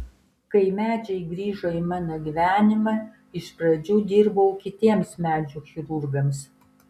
kai medžiai grįžo į mano gyvenimą iš pradžių dirbau kitiems medžių chirurgams